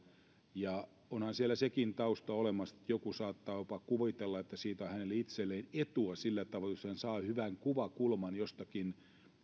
onhan siellä sekin tausta olemassa että joku saattaa jopa kuvitella että siitä on hänelle itselleen etua sillä tavoin jos hän saa hyvän kuvakulman jostakin